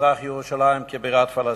במזרח-ירושלים כבירת פלסטין.